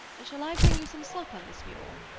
shall i bring you some supper, miss muir?